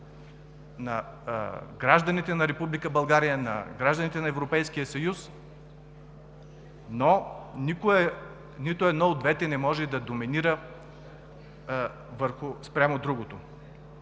на гражданите на Европейския съюз, но нито едно от двете не може да доминира спрямо другото.